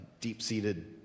deep-seated